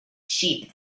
sheep